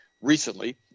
recently